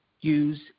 use